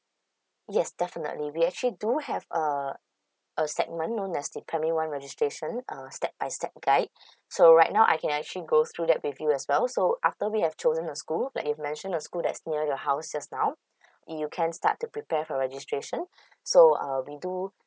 yes definitely we actually do have uh a segment on as the primary one registration uh step by step guide so right now I can actually go through that with you as well so after we have chosen a school like you've mentioned the school that's near your house just now you can start to prepare for registration so uh we do